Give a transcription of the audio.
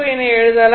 என எழுதலாம்